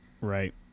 Right